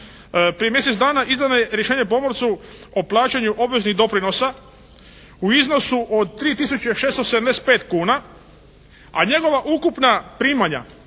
Prije mjesec dana izdano je rješenje pomorcu o plaćanju obveznih doprinosa u iznosu od 3 tisuće 675 kuna a njegova ukupna primanja